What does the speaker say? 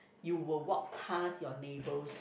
you will walk past your neighbours